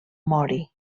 mori